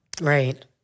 Right